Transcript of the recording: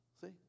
See